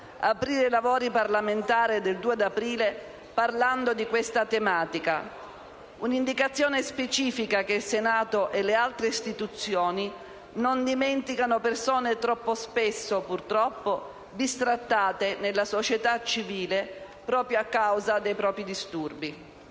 aprire i lavori parlamentari del 2 aprile parlando di questa tematica. Un'indicazione specifica che il Senato e le altre istituzioni non dimenticano persone troppo spesso, purtroppo, bistrattate nella società civile, proprio a causa dei propri disturbi.